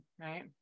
right